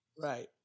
Right